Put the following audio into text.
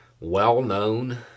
well-known